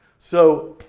so,